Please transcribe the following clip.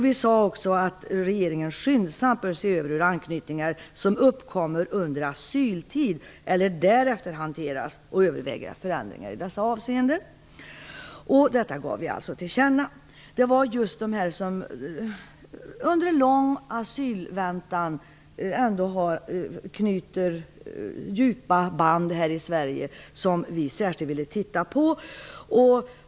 Vi sade också att regeringen skyndsamt bör se över hur anknytningar som uppkommer under asyltid eller därefter hanteras och överväga förändringar i dessa avseenden. Detta gav vi alltså regeringen till känna. Vi ville särskilt titta på just de människor som under en lång väntan på asyl knyter starka band här i Sverige.